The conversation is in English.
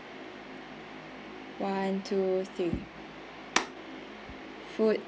one two three food